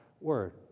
Word